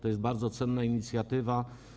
To jest bardzo cenna inicjatywa.